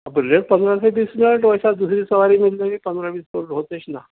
اب لیٹ پندرہ سے بیس منٹ ویسا دوسری سواری مل جائگی پندرہ بیس منٹ ہوتیش نا